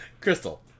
Crystal